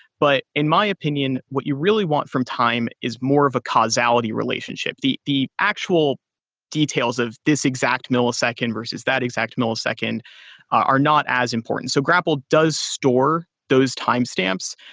but in my opinion, what you really want from time is more of a causality relationship. the the actual details of this exact millisecond versus that exact millisecond are not as important. so grapl does store those timestamps,